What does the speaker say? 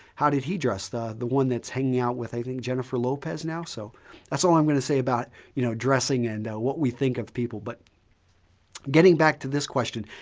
how did he dress? the the one that's hanging with, i think, jennifer lopez now? so that's all i'm going to say about you know dressing and what we think of people. but getting back to this question,